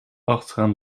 achteraan